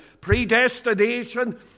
predestination